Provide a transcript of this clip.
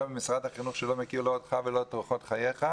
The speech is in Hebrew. ממשרד החינוך שלא מכיר לא אותו ולא את אורחות חייו,